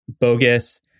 bogus